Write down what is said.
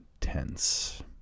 tense